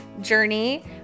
journey